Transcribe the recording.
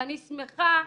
ואני שמחה,